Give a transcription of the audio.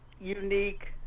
unique